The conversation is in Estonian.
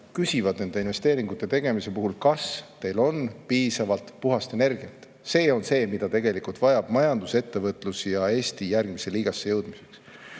küsivad nende investeeringute tegemise puhul: "Kas teil on piisavalt puhast energiat?" See on see, mida tegelikult vajab majandus, ettevõtlus ja Eesti järgmisse liigasse jõudmiseks.